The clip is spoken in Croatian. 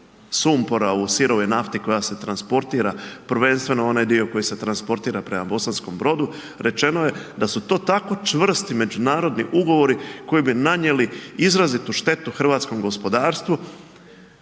sumpora u sirovoj nafti koja se transportira prvenstveno onaj dio koji se transportira prema Bosanskom Brodu rečeno je da su to tako čvrsti međunarodni ugovori koji bi nanijeli izrazitu štetu hrvatskom gospodarstvu